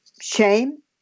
shame